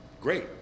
Great